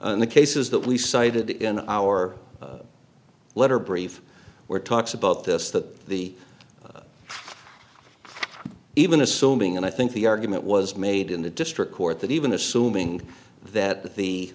and the cases that we cited in our letter brief were talks about this that the even assuming and i think the argument was made in the district court that even assuming that the